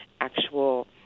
actual